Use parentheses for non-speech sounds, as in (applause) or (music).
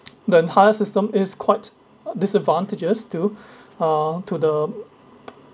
the entire system is quite disadvantages to (breath) uh to the